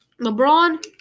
lebron